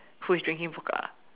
who is drinking vodka